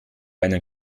einen